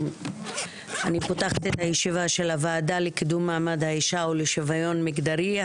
אני פותחת את הישיבה של הוועדה לקידום מעמד האישה ולשוויון מגדרי.